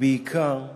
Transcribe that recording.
ובעיקר,